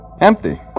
Empty